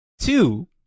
Two